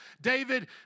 David